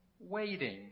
waiting